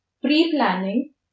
pre-planning